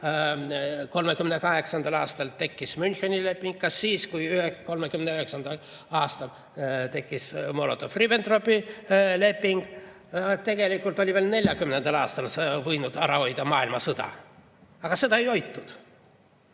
1938. aastal tekkis Müncheni leping? Kas siis, kui 1939. aastal tekkis Molotovi-Ribbentropi leping? Tegelikult oleks veel 1940. aastal võinud maailmasõja ära hoida. Aga seda ei hoitud